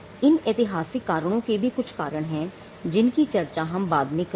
इन ऐतिहासिक कारणों के भी कुछ कारण है जिनकी चर्चा हम बाद में करेंगे